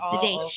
today